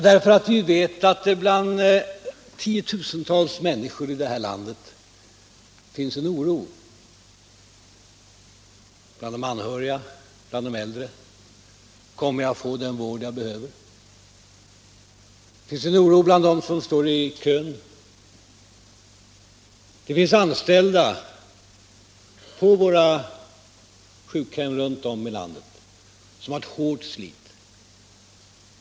Därför att vi vet att det bland tiotusentals människor i det här landet finns en oro — bland de anhöriga och bland de äldre. Man frågar sig: Kommer jag att få den vård jag behöver? Det finns en oro bland dem som står i kön. Det finns anställda på våra sjukhem runt om i landet som har ett hårt slit.